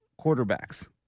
quarterbacks